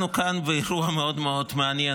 אנחנו כאן באירוע מאוד מאוד מעניין,